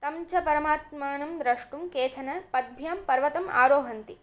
तं च परमात्मानं द्रष्टुं केचन पद्भ्यां पर्वतम् आरोहन्ति